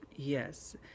Yes